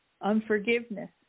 unforgiveness